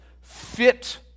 fit